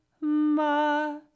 ma